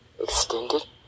extended